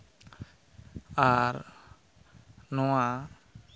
ᱟᱨ ᱱᱚᱣᱟ